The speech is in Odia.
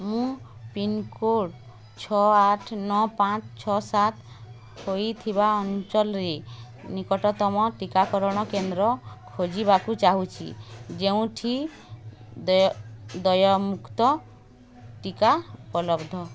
ମୁଁ ପିନ୍କୋଡ଼୍ ଛଅ ଆଠ ନଅ ପାଞ୍ଚ ଛଅ ସାତ ହୋଇଥିବା ଅଞ୍ଚଳରେ ନିକଟତମ ଟିକାକରଣ କେନ୍ଦ୍ର ଖୋଜିବାକୁ ଚାହୁଁଛି ଯେଉଁଠି ଦେୟମୁକ୍ତ ଟିକା ଉପଲବ୍ଧ